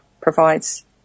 provides